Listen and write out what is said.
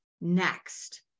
next